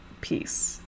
Peace